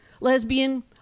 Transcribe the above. lesbian